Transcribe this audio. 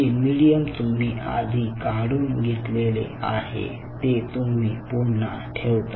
जे मीडियम तुम्ही आधी काढून घेतलेले आहे ते तुम्ही पुन्हा ठेवता